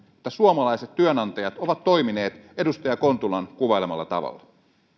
että suomalaiset työnantajat ovat toimineet edustaja kontulan kuvailemalla tavalla